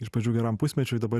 iš pradžių geram pusmečiui dabar